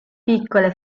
piccole